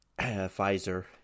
Pfizer